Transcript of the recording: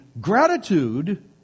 gratitude